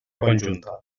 conjunta